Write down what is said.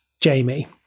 Jamie